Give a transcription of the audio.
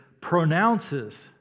pronounces